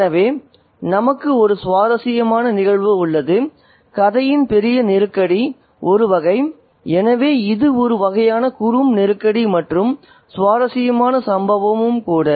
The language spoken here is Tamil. எனவே நமக்கு ஒரு சுவாரஸ்யமான நிகழ்வு உள்ளது கதையின் பெரிய நெருக்கடி ஒரு வகை எனவே இது ஒரு வகையான குறும் நெருக்கடி மற்றும் சுவாரஸ்யமான சம்பவமும் கூட